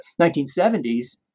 1970s